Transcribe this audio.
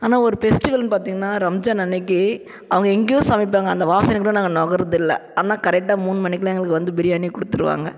ஆனால் ஒரு ஃபெஸ்டிவல்னு பார்த்தீங்கனா ரம்ஜான் அன்றைக்கி அவங்க எங்கேயோ சமைப்பாங்க அந்த வாசனையை கூட நாங்கள் நுகர்றதில்ல ஆனால் கரெக்டாக மூணு மணிக்கெலாம் எங்களுக்கு வந்து பிரியாணியை கொடுத்துருவாங்க